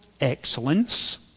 excellence